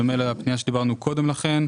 בדומה לפנייה שדיברנו קודם לכן.